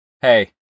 Hey